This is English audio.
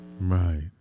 Right